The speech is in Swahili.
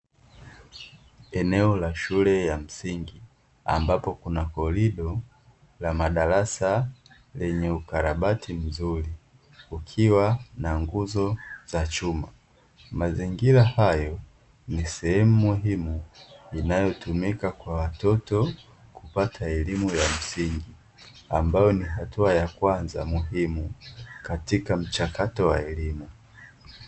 Eneo la shule ya msingi, ambapo kuna kolido la madarasa lenye ukarabati mzuri ukiwa na nguzo za chuma, mazingira hayo ni sehemu muhimu inayotumika kwa watoto kupata elimu ya msingi ambayo ni hatua ya kwanza muhimu katika mchakato wa elimu.